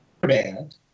band